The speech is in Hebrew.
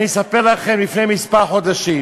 אני אספר לכם, לפני כמה חודשים